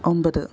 ഒമ്പത്